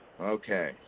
Okay